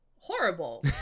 horrible